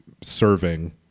serving